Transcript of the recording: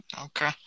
Okay